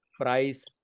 price